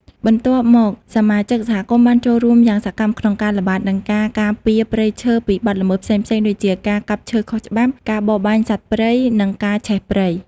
បន្ទាប់មក សមាជិកសហគមន៍បានចូលរួមយ៉ាងសកម្មក្នុងការល្បាត និងការការពារព្រៃឈើពីបទល្មើសផ្សេងៗដូចជាការកាប់ឈើខុសច្បាប់ ការបរបាញ់សត្វព្រៃ និងការឆេះព្រៃ។